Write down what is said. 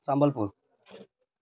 Sambalpur